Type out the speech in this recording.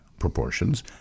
proportions